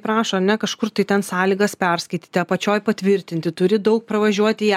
prašo ane kažkur tai ten sąlygas perskaityti apačioj patvirtinti turi daug pravažiuoti į a